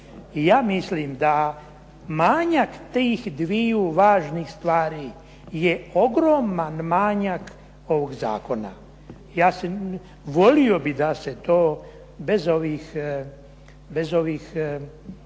ja mislim da manjak tih dviju važnih stvari je ogroman manjak ovog zakona. Volio bih da se to bez ovih